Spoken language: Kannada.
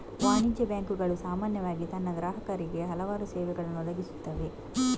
ವಾಣಿಜ್ಯ ಬ್ಯಾಂಕುಗಳು ಸಾಮಾನ್ಯವಾಗಿ ತನ್ನ ಗ್ರಾಹಕರಿಗೆ ಹಲವಾರು ಸೇವೆಗಳನ್ನು ಒದಗಿಸುತ್ತವೆ